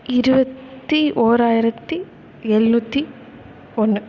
இருபத்தி ஓராயிரத்து எழுநூத்தி ஒன்று